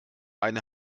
eine